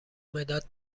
مداد